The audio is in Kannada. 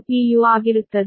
u ಆಗಿರುತ್ತದೆ